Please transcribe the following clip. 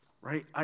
Right